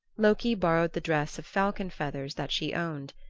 loki borrowed the dress of falcon feathers that she owned.